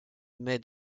mai